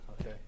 Okay